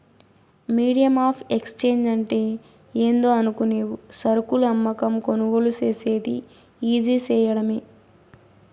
medium of exchange అంటే ఏందో అనుకునేవు సరుకులు అమ్మకం, కొనుగోలు సేసేది ఈజీ సేయడమే